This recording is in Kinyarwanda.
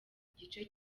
igice